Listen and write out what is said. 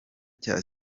cya